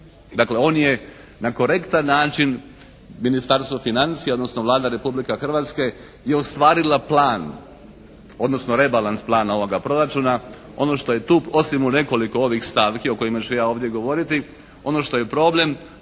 Dakle on je na korektan način Ministarstvo financije, odnosno Vlada Republike Hrvatske je ostvarila plan, odnosno rebalans plana ovoga proračuna ono što je tu, osim u nekoliko ovih stavki o kojima ću ja ovdje govoriti, ono što je problem